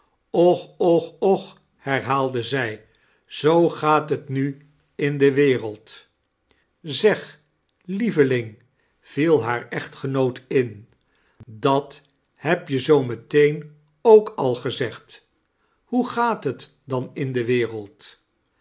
och och och herhaalde zij zoo gaat t nu in de wereld zeg lieveling viel haar echtgenoot in dat heb je zoo meteen ook al geaegd hoe gat t dan in de wereld